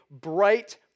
bright